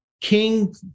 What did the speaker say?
King